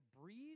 breathe